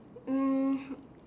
um